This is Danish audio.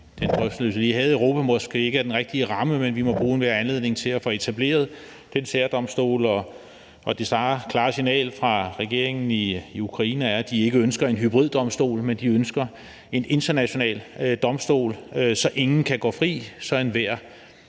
den drøftelse, vi havde i Europa, måske ikke er den rigtige ramme. Men vi må bruge enhver anledning til at få etableret den særdomstol, og det klare signal fra regeringen i Ukraine er, at de ikke ønsker en hybriddomstol, men ønsker en international domstol, så ingen kan gå fri, så enhver